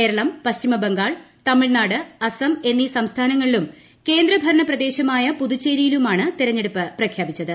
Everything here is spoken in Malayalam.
കേരളം പശ്ചിമ ബംഗാൾ തമിഴ്നാട് അസം എന്നീ സംസ്ഥാനങ്ങളിലും കേന്ദ്രഭരണ പ്രദേശമായ പുതുച്ചേരിയിലുമാണ് തെരഞ്ഞെടുപ്പ് പ്രഖ്യപിച്ചത്